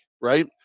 Right